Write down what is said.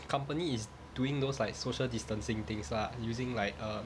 company is doing those like social distancing things lah using like err